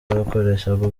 bakoreshaga